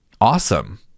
Awesome